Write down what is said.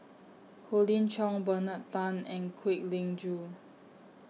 Colin Cheong Bernard Tan and Kwek Leng Joo